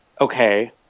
okay